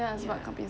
ya